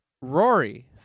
Rory